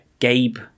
Gabe